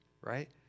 right